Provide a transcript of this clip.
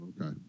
okay